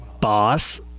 Boss